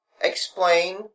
explain